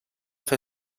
fer